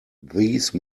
these